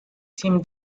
tim